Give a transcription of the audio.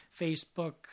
Facebook